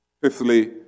Fifthly